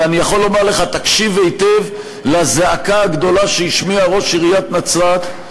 ואני יכול לומר לך: תקשיב היטב לזעקה הגדולה שהשמיע ראש עיריית נצרת,